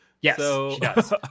yes